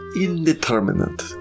Indeterminate